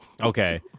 Okay